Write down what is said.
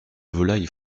volaille